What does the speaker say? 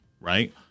right